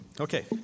Okay